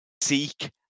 Seek